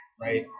Right